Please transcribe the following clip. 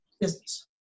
business